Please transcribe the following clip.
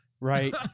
Right